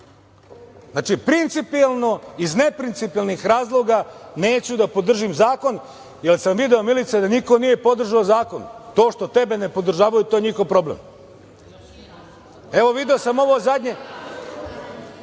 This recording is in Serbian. Znači, principijalno iz neprincipijalnih razloga neću da podržim zakon, jer sam video Milice da niko nije podržao zakon, to što tebe ne podržavaju to je njihov problem. Evo, video sam ovo zadnje,